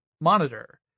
monitor